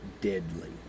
deadly